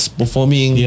performing